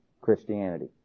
Christianity